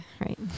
right